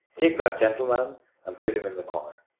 take that gentleman and put him in the car.